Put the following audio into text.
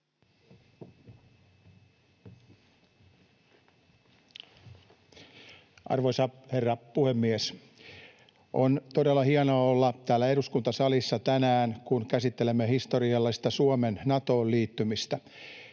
Arvoisa herra puhemies! On todella hienoa olla täällä eduskuntasalissa tänään, kun käsittelemme historiallista Suomen Natoon liittymistä.